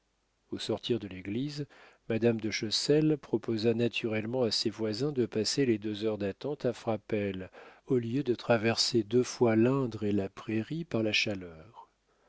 au sortir de l'église madame de chessel proposa naturellement à ses voisins de passer les deux heures d'attente à frapesle au lieu de traverser deux fois l'indre et la prairie par la chaleur